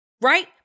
right